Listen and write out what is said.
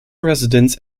residence